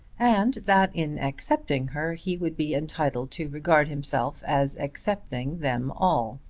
and that in accepting her he would be entitled to regard himself as accepting them all.